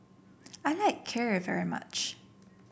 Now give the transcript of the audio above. I like Kheer very much